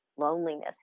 Loneliness